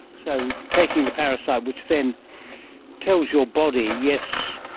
so taking the parasite which then tells your body, yes,